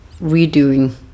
redoing